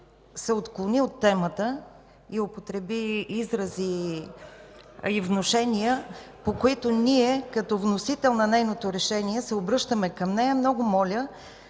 се отклони от темата и употреби изрази (реплики от БСП ЛБ) и внушения, по които ние, като вносител на нейното решение, се обръщаме към нея, много моля